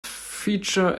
feature